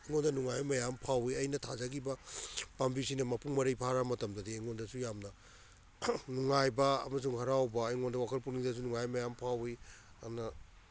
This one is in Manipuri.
ꯑꯩꯉꯣꯟꯗ ꯅꯨꯡꯉꯥꯏꯕ ꯃꯌꯥꯝ ꯑꯃ ꯐꯥꯎꯏ ꯑꯩꯅ ꯊꯥꯖꯈꯤꯕ ꯄꯥꯝꯕꯤꯁꯤꯅ ꯃꯄꯨꯡ ꯃꯔꯩ ꯐꯥꯔ ꯃꯇꯝꯗꯗꯤ ꯑꯩꯉꯣꯟꯗꯁꯨ ꯌꯥꯝꯅ ꯅꯨꯡꯉꯥꯏꯕ ꯑꯃꯁꯨꯡ ꯍꯔꯥꯎꯕ ꯑꯩꯉꯣꯟꯗ ꯋꯥꯈꯜ ꯄꯨꯛꯅꯤꯡꯗꯁꯨ ꯅꯨꯡꯉꯥꯏꯕ ꯃꯌꯥꯝ ꯐꯥꯎꯏ ꯑꯗꯨꯅ